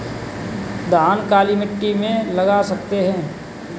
धान काली मिट्टी में लगा सकते हैं?